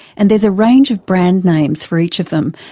and there's a range of brand names for each of them,